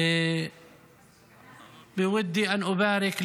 (אומר דברים בשפה הערבית).